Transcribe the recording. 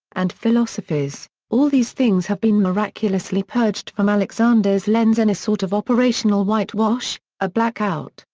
and philosophies all these things have been miraculously purged from alexander's lens in a sort of operational whitewash, a black out,